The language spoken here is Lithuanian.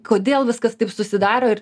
kodėl viskas taip susidaro ir